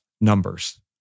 numbers